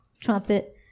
trumpet